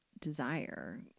desire